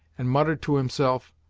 and muttered to himself,